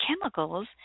chemicals